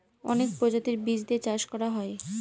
অনেক প্রজাতির বীজ দিয়ে চাষ করা হয়